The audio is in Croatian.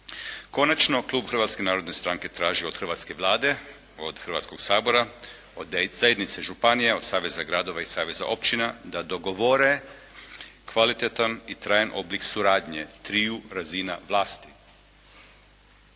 Konačno, klub Hrvatske narodne stranke traži od hrvatske Vlade, od Hrvatskog sabora, od zajednice županija, od Saveza gradova i Saveza općina da dogovore kvalitetan i trajan oblik suradnje triju razina vlasti,